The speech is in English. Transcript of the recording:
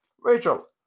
Rachel